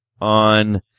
on